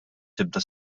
tibda